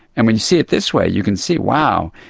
and when you see it this way you can see, wow,